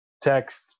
text